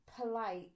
polite